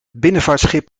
binnenvaartschip